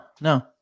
no